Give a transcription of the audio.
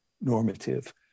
normative